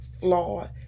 flawed